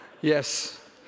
Yes